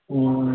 ம்